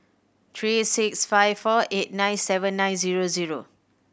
three six five four eight nine seven nine zero zero